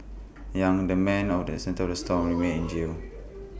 yang the man of the centre of the storm remains in jail